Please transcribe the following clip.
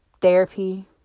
therapy